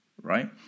Right